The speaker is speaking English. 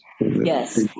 Yes